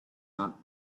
not